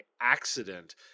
accident